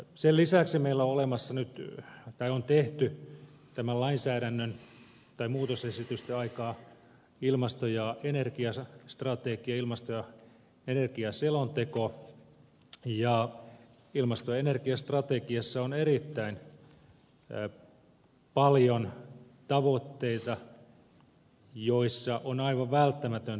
sen lisäksi meillä on tehty näiden muutosesitysten teon aikaan ilmasto ja energiastrategia ilmasto ja energiaselonteko ja ilmasto ja energiastrategiassa on erittäin paljon tavoitteita joitten osalta on aivan välttämätön